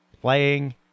playing